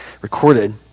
recorded